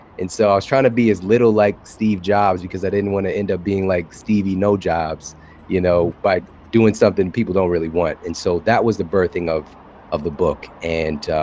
and so i was trying to be as little like steve jobs because i didn't want to end up like stevie-no-jobs you know by doing something people don't really want. and so that was the birthing of of the book. and